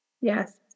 Yes